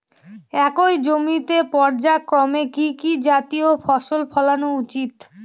একই জমিতে পর্যায়ক্রমে কি কি জাতীয় ফসল ফলানো উচিৎ?